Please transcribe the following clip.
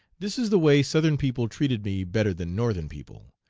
this is the way southern people treated me better than northern people.